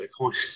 Bitcoin